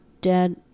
Dead